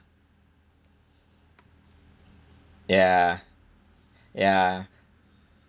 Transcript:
ya ya